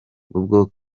ubwo